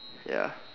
ya